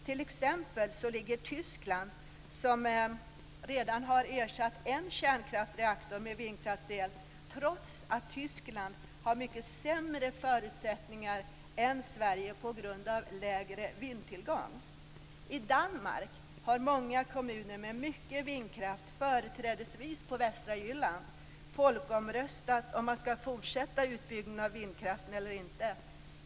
T.ex. har Tyskland redan ersatt en kärnkraftsreaktor med vindkraftsel trots att Tyskland har mycket sämre förutsättningar än Sverige på grund av lägre vindtillgång. I Danmark har många kommuner med mycket vindkraft, företrädesvis på västra Jylland, folkomröstat om huruvida man ska fortsätta med utbyggnaden av vindkraft eller inte.